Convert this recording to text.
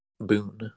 Boon